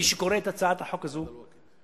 מי שקורא את הצעת החוק הזאת לפרטיה,